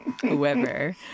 whoever